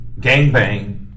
Gangbang